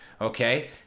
okay